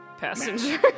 Passenger